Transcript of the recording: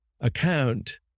account